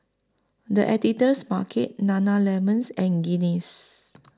The Editor's Market Nana Lemons and Guinness